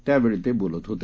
त्यावेळी ते बोलत होते